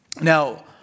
Now